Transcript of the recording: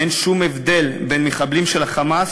אין שום הבדל בין מחבלים של ה"חמאס"